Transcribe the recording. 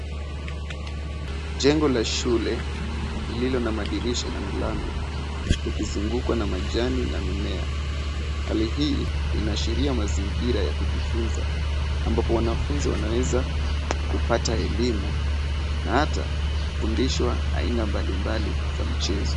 Jengo la shule lililo na madirisha na milango likizungukwa na majani na mimea. Hali hii inaashiria mazingira ya kujifunza ambapo wanafunzi wanaweza kupata elimu na hata kufundishwa aina mbalimbali za mchezo.